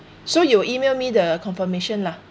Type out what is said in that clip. so you email me the confirmation lah